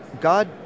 God